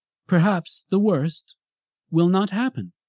perhaps the worst will not happen.